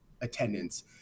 attendance